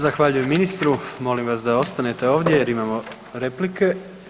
Zahvaljujem ministru, molim vas da ostanete ovdje jer imamo replike.